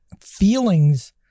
feelings